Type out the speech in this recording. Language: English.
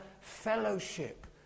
fellowship